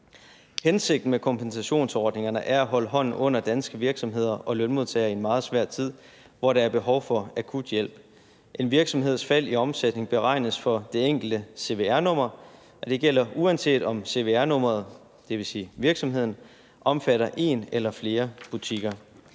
Hensigten med kompensationsordningerne er at holde hånden under danske virksomheder og lønmodtagere i en meget svær tid, hvor der er behov for akut hjælp. En virksomheds fald i omsætning beregnes for det enkelte cvr-nummer, og det gælder, uanset om cvr-nummeret, dvs. virksomheden, omfatter en eller flere butikker.